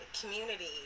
community